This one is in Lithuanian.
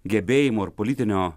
gebėjimų ar politinio